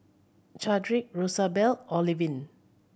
Chadrick Rosabelle Olivine